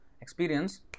experience